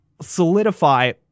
solidify